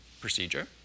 procedure